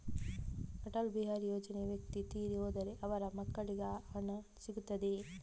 ಅಟಲ್ ಬಿಹಾರಿ ಯೋಜನೆಯ ವ್ಯಕ್ತಿ ತೀರಿ ಹೋದರೆ ಅವರ ಮಕ್ಕಳಿಗೆ ಆ ಹಣ ಸಿಗುತ್ತದೆಯೇ?